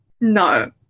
no